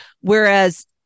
whereas